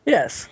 Yes